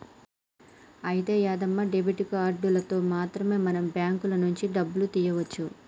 అయితే యాదమ్మ డెబిట్ కార్డులతో మాత్రమే మనం బ్యాంకుల నుంచి డబ్బులు తీయవచ్చు